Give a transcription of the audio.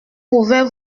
pouvait